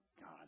God